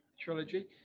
trilogy